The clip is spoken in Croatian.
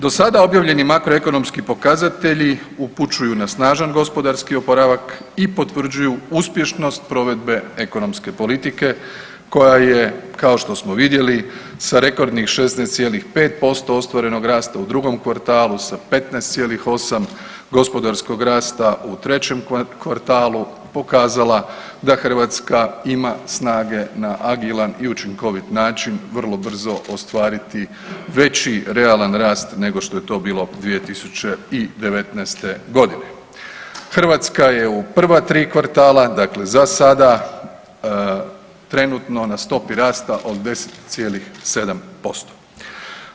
Do sada objavljeni makroekonomski pokazatelji upućuju na snažan gospodarski oporavak i potvrđuju uspješnost provedbe ekonomske politike koja je kao što smo vidjeli sa rekordnih 16,5% ostvarenog rasta u drugom kvartalu sa 15,8 gospodarskog rasta u trećem kvartalu pokazala da Hrvatska ima snage na agilan i učinkovit način vrlo brzo ostvariti veći realan rast nego što je to bilo 2019.g. Hrvatska je u prva tri kvartala, dakle za sada trenutno na stopi rasta od 10,7%